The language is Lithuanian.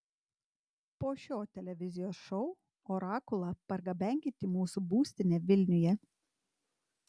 po šio televizijos šou orakulą pargabenkit į mūsų būstinę vilniuje